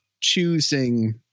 choosing